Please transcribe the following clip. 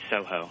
Soho